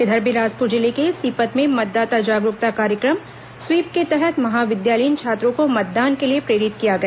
इधर बिलासपुर जिले के सीपत में मतदाता जागरूकता कार्यक्रम स्वीप के तहत महाविद्यालयीन छात्रों को मतदान के लिए प्रेरित किया गया